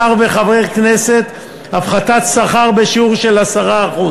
שר וחבר הכנסת הפחתת שכר בשיעור 10%,